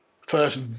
first